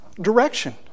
direction